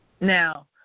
Now